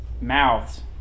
mouths